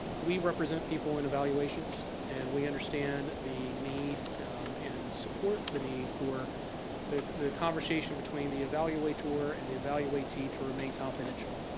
we represent people in evaluations, and we understand the need and support the need for the the conversation between the evaluator and the evaluatee to remain confidential.